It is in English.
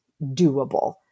doable